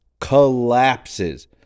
Collapses